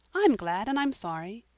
i'm glad and i'm sorry.